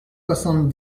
soixante